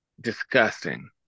disgusting